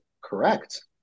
correct